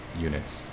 units